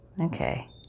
Okay